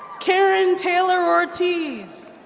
karen taylor ortiz.